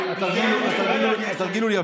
התרגיל הוא יפה,